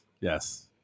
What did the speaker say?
Yes